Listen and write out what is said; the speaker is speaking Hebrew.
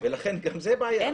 לכן זאת גם בעיה.